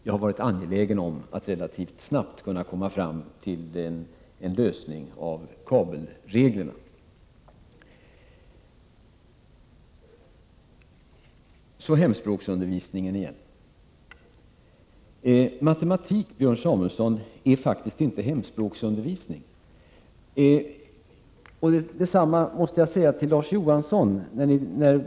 Jag har varit angelägen om att relativt snabbt kunna komma fram till en lösning när det gäller kabelreglerna. Återigen till frågan om hemspråksundervisningen. Matematik, Björn Samuelson, är faktiskt inte hemspråksundervisning. Detsamma måste jag säga till Larz Johansson.